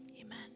Amen